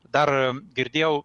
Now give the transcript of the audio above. dar girdėjau